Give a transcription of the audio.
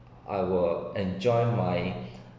I will enjoy my